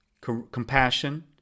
compassion